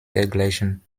dergleichen